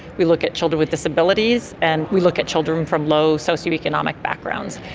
we look at children with disabilities and we look at children from low socio-economic backgrounds.